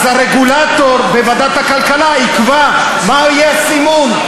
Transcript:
אז הרגולטור בוועדת הכלכלה יקבע מה יהיה הסימון.